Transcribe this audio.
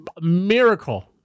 miracle